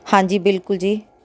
ਹਾਂਜੀ ਬਿਲਕੁਲ ਜੀ